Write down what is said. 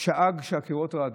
ושאג כך שהקירות רעדו.